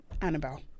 Annabelle